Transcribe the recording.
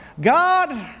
God